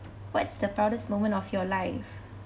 what's the proudest moment of your life